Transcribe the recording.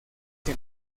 que